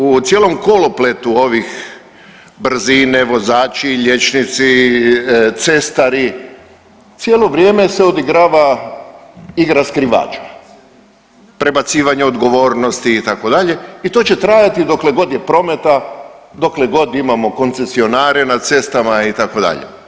U cijelom kolopletu ovih brzine, vozači, liječnici, cestari, cijelo vrijeme se odigrava igra skrivača, prebacivanje odgovornosti i to će trajati dokle god je prometa, dokle god imamo koncesionare na cestama itd.